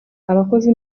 abakozi